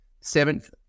Seventh